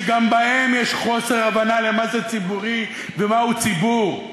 שגם בהם היה חוסר הבנה של מה זה ציבורי ומהו ציבור.